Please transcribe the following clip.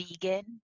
vegan